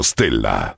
Stella